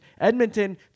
Edmonton